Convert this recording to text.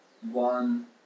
one